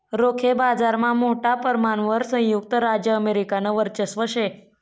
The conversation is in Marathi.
रोखे बाजारमा मोठा परमाणवर संयुक्त राज्य अमेरिकानं वर्चस्व शे